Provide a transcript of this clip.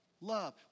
Love